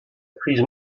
crise